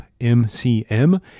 M-C-M